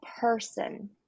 person